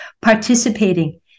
participating